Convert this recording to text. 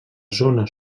zona